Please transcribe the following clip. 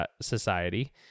Society